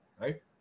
right